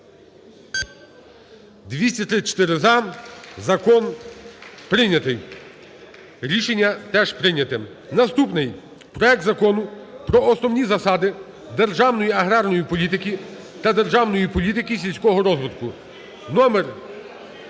Наступний. Проект Закону про основні засади державної аграрної політики та державної політики сільського розвитку